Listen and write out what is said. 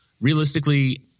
Realistically